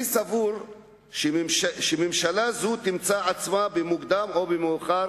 אני סבור שממשלה זו תמצא את עצמה במוקדם או במאוחר